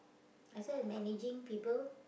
I still managing people